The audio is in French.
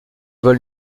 vol